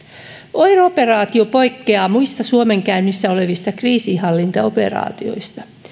oir operaatio poikkeaa muista suomen käynnissä olevista kriisinhallintaoperaatioista